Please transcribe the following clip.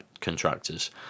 contractors